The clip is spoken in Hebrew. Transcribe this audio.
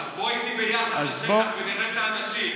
אז בוא איתי ביחד לשטח ונראה את האנשים.